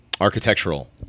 architectural